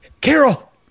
Carol